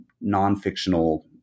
non-fictional